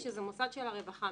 שזה מוסד של הרווחה.